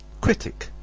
critic,